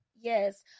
yes